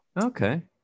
Okay